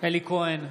בהצבעה אלי כהן,